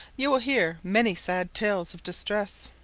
you will hear many sad tales of distress.